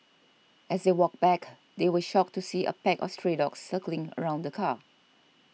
as they walked back they were shocked to see a pack of stray dogs circling around the car